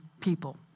people